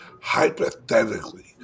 hypothetically